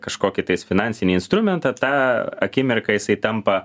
kažkokį tais finansinį instrumentą tą akimirką jisai tampa